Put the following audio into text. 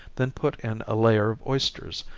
then put in a layer of oysters,